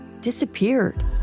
disappeared